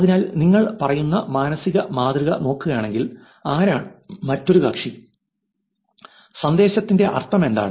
അതിനാൽ നിങ്ങൾ പറയുന്ന മാനസിക മാതൃക നോക്കുകയാണെങ്കിൽ ആരാണ് മറ്റൊരു കക്ഷി സന്ദേശത്തിന്റെ അർത്ഥമെന്താണ്